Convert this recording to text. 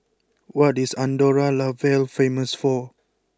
what is Andorra la Vella famous for